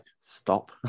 stop